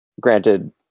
granted